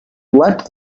let